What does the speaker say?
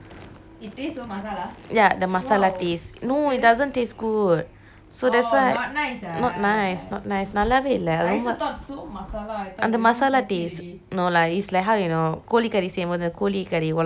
ya the masala taste no it doesn't taste good so that's why not nice not nice நல்லாவே இல்லை ரொம்ப அந்த:nallave illai rombe anthe masala taste no lah it's like how you know கோழி கறி செய்யும்போதும் கோழி கறி ஒழுங்கா கிண்டாம:kozhi curry seiyumpothu kozhi curry ozhunga kindame